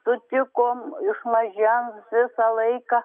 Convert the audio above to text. sutikom iš mažens visą laiką